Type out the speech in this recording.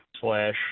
slash